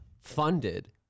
funded